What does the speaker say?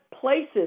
places